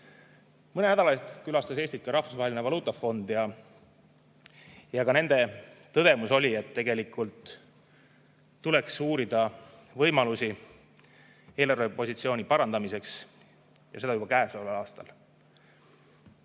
Mõne nädala eest külastas Eestit ka Rahvusvaheline Valuutafond. Nende tõdemus oli, et tegelikult tuleks uurida võimalusi eelarvepositsiooni parandamiseks ja seda juba käesoleval aastal.